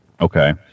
Okay